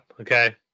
okay